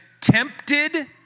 tempted